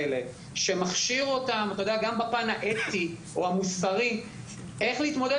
ומכשירים אותם גם בפן האתי והמוסרי איך להתמודד